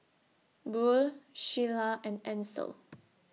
Buell Sheila and Ancel